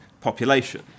population